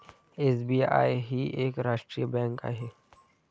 SBI ही एक राष्ट्रीय बँक आहे